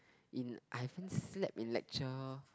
in I haven't slept in lecture